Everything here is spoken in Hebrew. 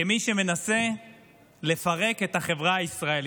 כמי שמנסה לפרק את החברה הישראלית.